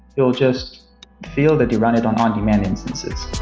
you'll just feel that you run it on on-demand instances.